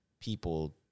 people